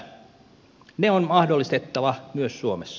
ne on mahdollistettava myös suomessa